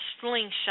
slingshot